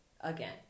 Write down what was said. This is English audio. Again